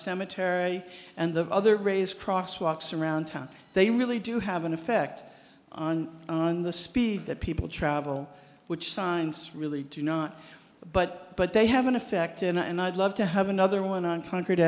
cemetery and the other race crosswalks around town they really do have an effect on on the speed that people travel which signs really do not but but they have an effect and i'd love to have another one on concrete